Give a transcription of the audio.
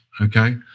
okay